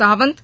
Sawant